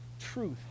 truth